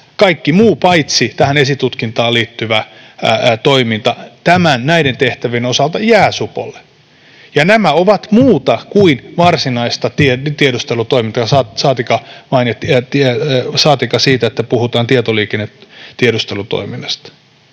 Kaikki muu paitsi esitutkintaan liittyvä toiminta näiden tehtävien osalta jää supolle, ja nämä ovat muuta kuin varsinaista tiedustelutoimintaa, saatikka sitä, kun puhutaan tietoliikennetiedustelutoiminnasta.